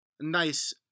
Nice